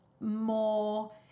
more